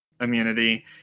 immunity